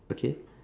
okay